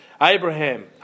Abraham